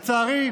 לצערי,